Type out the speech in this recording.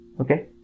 okay